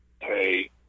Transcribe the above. Hey